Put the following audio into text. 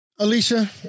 Alicia